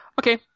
Okay